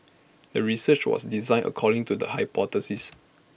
the research was designed according to the hypothesis